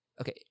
Okay